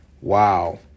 Wow